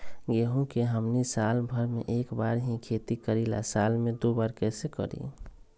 गेंहू के हमनी साल भर मे एक बार ही खेती करीला साल में दो बार कैसे करी?